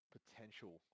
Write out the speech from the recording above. potential